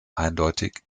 eindeutig